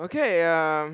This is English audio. okay um